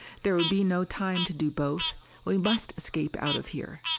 there would be no time to do both we must escape out of here.